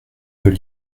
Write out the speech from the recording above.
peut